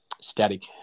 static